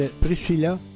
Priscilla